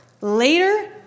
later